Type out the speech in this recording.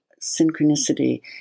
synchronicity